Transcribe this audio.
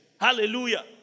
hallelujah